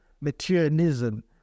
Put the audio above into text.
materialism